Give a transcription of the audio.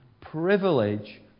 privilege